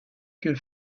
que